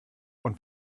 und